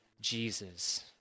Jesus